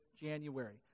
January